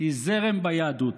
היא זרם ביהדות.